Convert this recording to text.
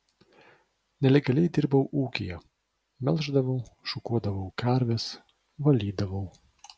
nelegaliai dirbau ūkyje melždavau šukuodavau karves valydavau